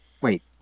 Wait